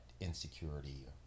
Insecurity